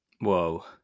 Whoa